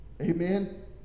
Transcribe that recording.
Amen